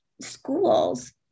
schools